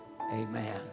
amen